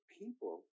people